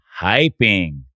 hyping